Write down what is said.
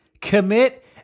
Commit